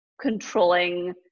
controlling